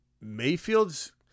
Mayfield's